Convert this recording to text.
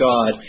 God